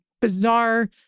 bizarre